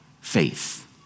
faith